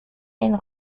elle